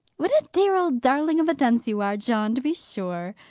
what a dear old darling of a dunce you are, john, to be sure!